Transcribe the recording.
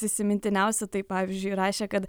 įsimintiniausių tai pavyzdžiui rašė kad